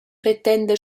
pretenda